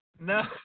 No